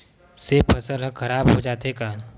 से फसल ह खराब हो जाथे का?